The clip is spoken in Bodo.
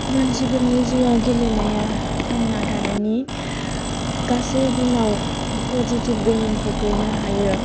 मानसिफोरनि जिवाव गेलेनाया थांना थानायनि गासै गुनाव पजिटिभ गोहोम खोख्लैनो हायो